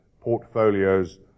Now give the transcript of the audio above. portfolios